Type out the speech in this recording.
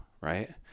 right